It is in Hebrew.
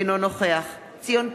אינו נוכח ציון פיניאן,